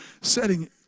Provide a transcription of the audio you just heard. setting